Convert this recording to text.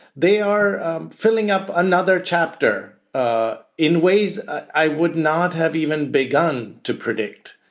they are filling up another chapter ah in ways i would not have even begun to predict.